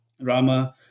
rama